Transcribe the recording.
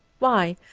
why,